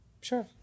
Sure